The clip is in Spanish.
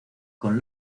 con